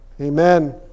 Amen